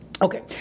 Okay